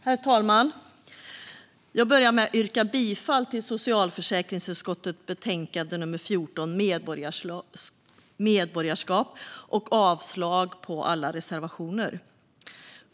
Herr talman! Jag yrkar bifall till socialförsäkringsutskottets förslag i betänkande SfU14 Medborgarskap och avslag på alla reservationer.